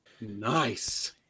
Nice